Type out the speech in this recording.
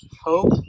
Hope